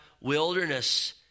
wilderness